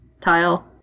tile